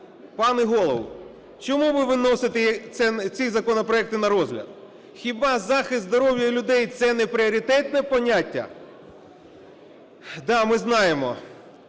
Пане Голово, чому ви не виносите ці законопроекти на розгляд? Хіба захист здоров'я людей – це не пріоритетне поняття?